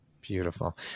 Beautiful